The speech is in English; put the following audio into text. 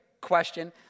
question